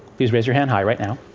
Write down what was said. please raise your hand high right now.